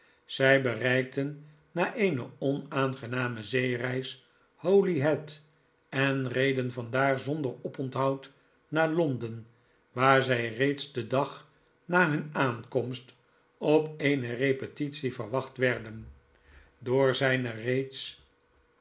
zij bereikten na eene onaangename zeereis holyhead en reden van daar zonder oponthoud naar londen waar zij reeds den dag na hunne aankomst op eene repetitie verwacht werden door zijne reeds